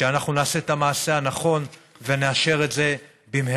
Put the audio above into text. שאנחנו נעשה את המעשה הנכון ונאשר את זה במהרה.